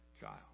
child